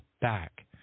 back